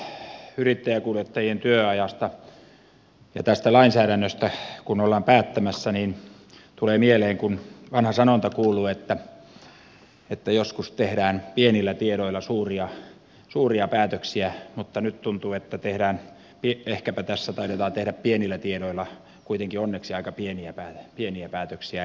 tästä yrittäjäkuljettajien työajasta ja lainsäädännöstä kun ollaan päättämässä niin tulee mieleen kun vanha sanonta kuuluu että joskus tehdään pienillä tiedoilla suuria päätöksiä mutta nyt tuntuu että ehkäpä tässä taidetaan tehdä pienillä tiedoilla kuitenkin onneksi aika pieniä päätöksiä